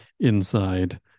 Inside